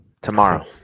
tomorrow